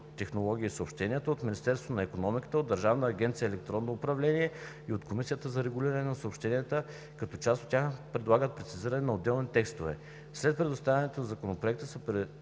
технологии и съобщенията, от Министерството на икономиката, от Държавната агенция „Електронно управление“ и от Комисията за регулиране на съобщенията, като част от тях предлагат прецизиране на отделни текстове. След представянето на Законопроекта се проведе